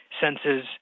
senses